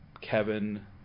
Kevin